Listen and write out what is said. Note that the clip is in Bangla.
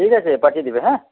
ঠিক আছে পাঠিয়ে দেবে হ্যাঁ